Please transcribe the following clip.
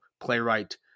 playwright